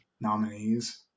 nominees